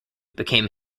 became